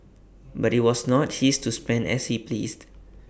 but IT was not his to spend as he pleased